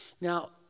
now